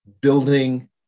building